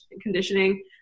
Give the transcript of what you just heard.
conditioning